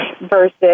versus